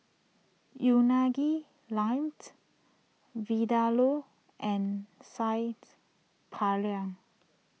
Unagi Lamb Vindaloo and Saagt Paneer